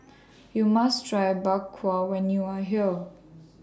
YOU must Try Bak Kwa when YOU Are here